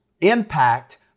impact